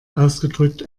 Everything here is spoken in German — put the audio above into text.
ausgedrückt